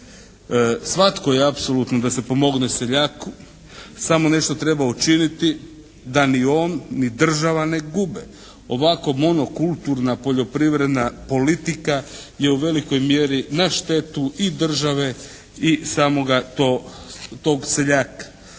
Svatko je apsolutno da se pomogne seljaku samo nešto treba učiniti da ni on ni država ne gube. Ovako monokulturna poljoprivredna politika je u velikoj mjeri na štetu i države i samoga tog seljaka.